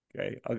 okay